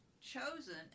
chosen